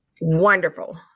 Wonderful